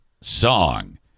song